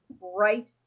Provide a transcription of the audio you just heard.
right